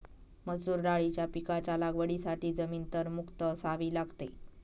मसूर दाळीच्या पिकाच्या लागवडीसाठी जमीन तणमुक्त असावी लागते